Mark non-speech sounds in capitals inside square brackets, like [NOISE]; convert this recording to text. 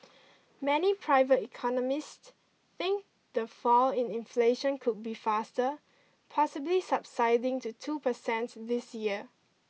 [NOISE] many private economists think the fall in inflation could be faster possibly subsiding to two percents this year